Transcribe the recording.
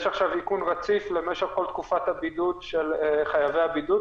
עכשיו איכון רציף למשך כל תקופת הבידוד של חייבי הבידוד,